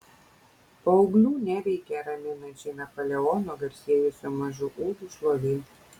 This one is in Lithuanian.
paauglių neveikia raminančiai napoleono garsėjusio mažu ūgiu šlovė